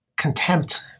contempt